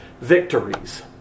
victories